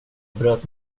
bröt